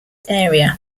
area